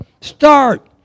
Start